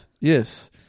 Yes